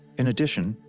in addition,